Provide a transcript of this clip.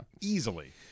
easily